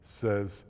says